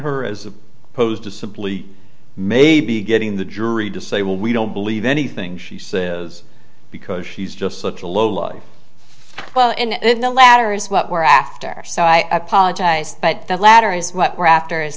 her as opposed to simply maybe getting the jury to say well we don't believe anything she says because she's just such a low life well in the latter is what we're after so i apologize but the latter is what